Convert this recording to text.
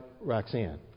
Roxanne